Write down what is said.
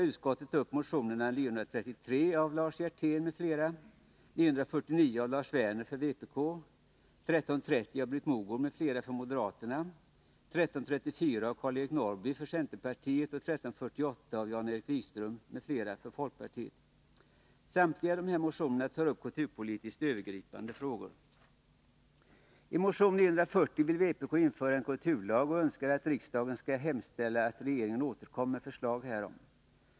I motion 940 vill vpk att vi skall införa en kulturlag och yrkar att riksdagen ” skall hemställa att regeringen framlägger förslag härom.